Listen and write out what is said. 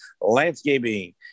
Landscaping